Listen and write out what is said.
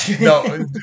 no